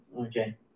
Okay